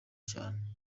cyane